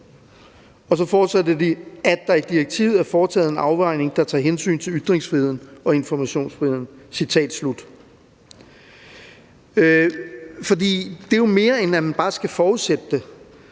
forudsætter, »at der i direktivet er foretaget en afvejning, der tager hensyn til ytringsfriheden og informationsfriheden.« Det er jo mere, end at man bare skal forudsætte det,